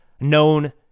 known